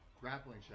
Grappling